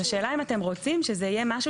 זה שאלה אם אתם רוצים שזה יהיה משהו